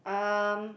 um